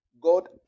God